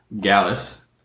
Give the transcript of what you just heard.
gallus